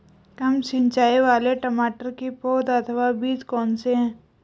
कम सिंचाई वाले टमाटर की पौध अथवा बीज कौन से हैं?